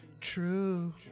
true